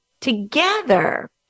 together